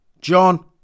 John